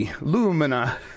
Lumina